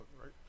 right